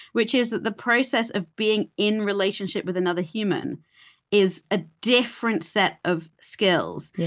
which is that the process of being in relationship with another human is a different set of skills. yeah